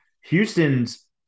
Houston's